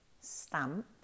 stamp